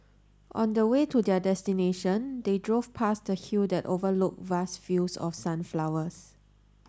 on the way to their destination they drove past a hill that overlook vast fields of sunflowers